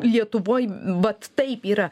lietuvoj vat taip yra